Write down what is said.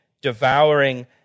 devouring